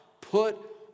put